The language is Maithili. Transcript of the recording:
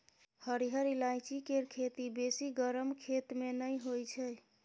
हरिहर ईलाइची केर खेती बेसी गरम खेत मे नहि होइ छै